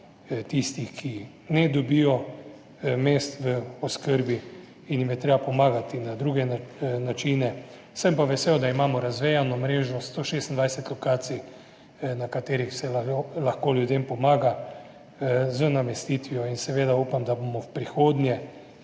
tiste, ki ne dobijo mest v oskrbi in jim je treba pomagati na druge načine. Sem pa vesel, da imamo razvejano mrežo 126 lokacij, na katerih se lahko ljudem pomaga z namestitvijo. Upam, da bomo v prihodnje